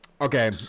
Okay